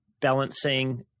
balancing